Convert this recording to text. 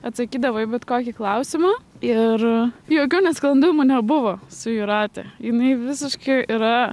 atsakydavo į bet kokį klausimą ir jokių nesklandumų nebuvo su jūrate jinai visiški yra